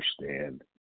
understand